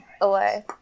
away